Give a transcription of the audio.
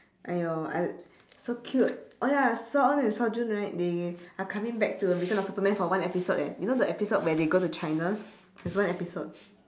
!aiyo! I so cute oh ya seoeon and seojun right they are coming back to return of superman for one episode eh you know the episode where they go to china there's one episode